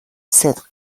صدق